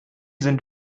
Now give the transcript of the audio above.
sind